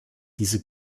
diese